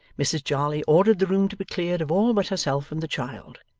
mrs jarley ordered the room to be cleared of all but herself and the child,